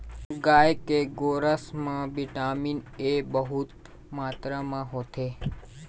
गाय के गोरस म बिटामिन ए बहुत मातरा म होथे